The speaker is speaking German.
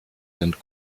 sind